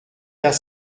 cas